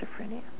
schizophrenia